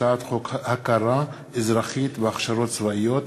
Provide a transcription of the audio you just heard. הצעת חוק הכרה אזרחית בהכשרות צבאיות,